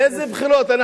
איזה בחירות?